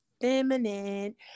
feminine